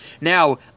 Now